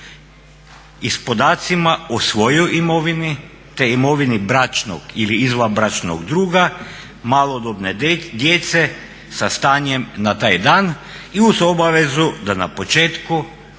i s podacima o svojoj imovini te imovini bračnog ili izvanbračnog druga, malodobne djece sa stanjem na taj dan i uz obavezu da na početku,